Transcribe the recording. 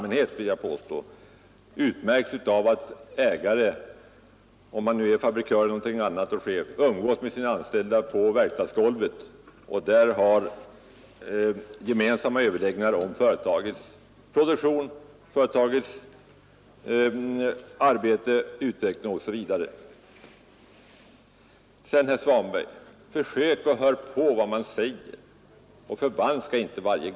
Småföretagen i allmänhet utmärks av att ägaren — han må nu vara fabrikör eller chef av annat slag — umgås med sina anställda på verkstadsgolvet och där har gemensamma överläggningar om företagets produktion, arbete, utveckling osv. Försök, herr Svanberg, att höra på vad man säger och förvanska inte allting!